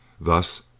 Thus